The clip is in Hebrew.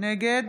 נגד